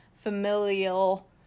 familial